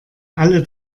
alle